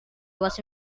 was